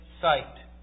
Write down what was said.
sight